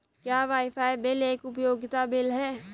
क्या wifi bill एक उपयोगिता बिल है?